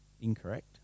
incorrect